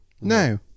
No